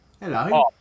Hello